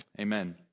Amen